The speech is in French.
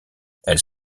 elles